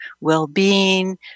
well-being